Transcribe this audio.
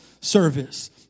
service